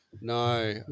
No